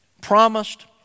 promised